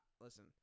Listen